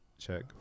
check